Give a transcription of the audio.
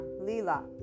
Lila